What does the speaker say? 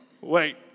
Wait